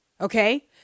Okay